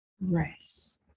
Rest